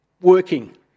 working